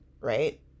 right